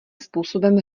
způsobem